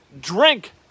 drink